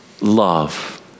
love